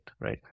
right